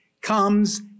comes